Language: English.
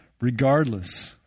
Regardless